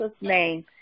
name